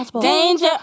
danger